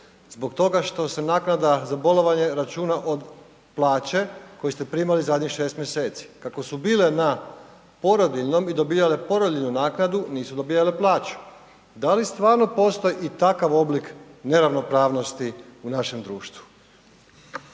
zbog toga što se naknada za bolovanje računa od plaće koju ste primali zadnjih 6 mjeseci, kako su bile na porodiljnom i dobivale porodiljnu naknadu nisu dobivale plaću. Da li stvarno postoji i takav oblik neravnopravnosti u našem društvu?